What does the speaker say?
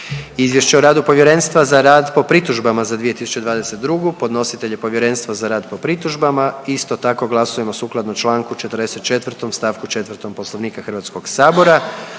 Izvješća o radu Povjerenstva za rad po pritužbama za 2022., podnositelj je Povjerenstvo za rad po pritužbama. Isto tako glasujemo sukladno čl. 44. stavku 4. Poslovnika Hrvatskog sabora.